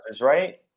right